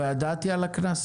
לא ידעתי על הקנס?